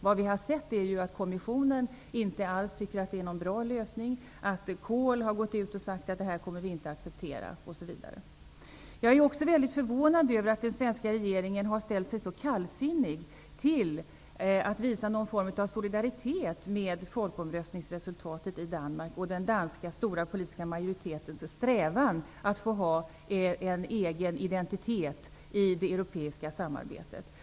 Vad vi har märkt är ju att kommissionen inte alls tycker att det är någon bra lösning, att Kohl har sagt att ''det här kommer vi inte att acceptera'', osv. Jag är också mycket förvånad över att den svenska regeringen har ställt sig så kallsinnig till att visa någon form av solidaritet med folkomröstningsresultatet i Danmark och den stora danska majoritetens strävan att få ha en egen identitet i det europeiska samarbetet.